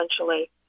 essentially